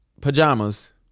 pajamas